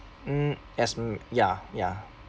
mm as m~ ya ya